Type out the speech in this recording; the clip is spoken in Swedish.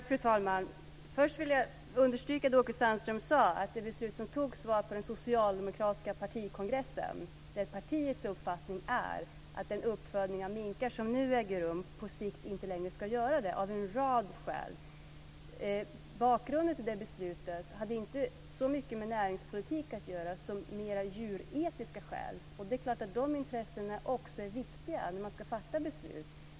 Fru talman! Först vill jag understryka det Åke Sandström sade: Detta beslut togs på den socialdemokratiska partikongressen. Det är partiets uppfattning att den uppfödning av minkar som nu äger rum på sikt inte längre ska göra det - av en rad skäl. Bakgrunden till beslutet hade inte så mycket med näringspolitik att göra som med djuretiska skäl. Det är klart att dessa intressen också är viktiga när man ska fatta beslut.